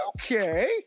okay